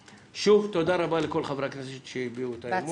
שוב, תודה רבה, לכל חברי הכנסת שהביעו את האמון.